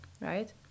right